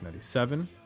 1997